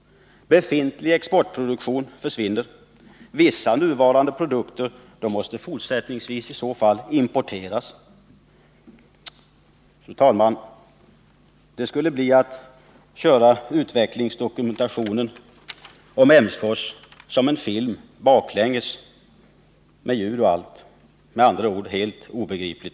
Befintlig exportproduktion försvinner. Vissa produkter som nu tillverkas måste fortsättningsvis i så fall importeras. Fru talman! Det skulle bli att köra utvecklingsdokumentationen om Emsfors som en film baklänges med ljud och allt — med andra ord helt obegripligt.